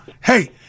Hey